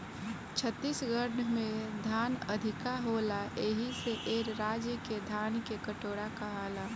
छत्तीसगढ़ में धान अधिका होला एही से ए राज्य के धान के कटोरा कहाला